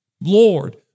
Lord